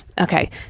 Okay